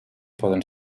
poden